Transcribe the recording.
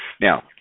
Now